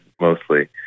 mostly